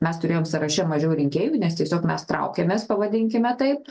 mes turėjom sąraše mažiau rinkėjų nes tiesiog mes traukėmės pavadinkime taip